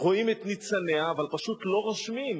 רואים את ניצניה, אבל פשוט לא רושמים.